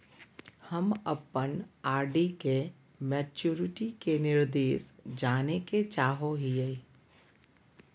हम अप्पन आर.डी के मैचुरीटी के निर्देश जाने के चाहो हिअइ